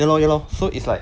ya lor ya lor so it's like